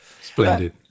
Splendid